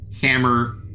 Hammer